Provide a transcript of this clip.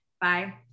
bye